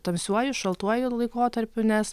tamsiuoju šaltuoju laikotarpiu nes